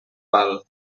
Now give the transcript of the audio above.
val